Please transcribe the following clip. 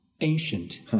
ancient